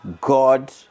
god